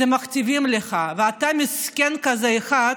מכתיבים לך, ואתה מסכן כזה, אחד